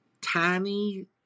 tiny